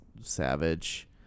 savage